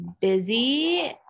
busy